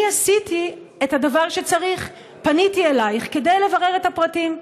אני עשיתי את הדבר שצריך: פניתי אלייך כדי לברר את הפרטים.